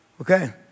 okay